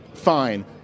Fine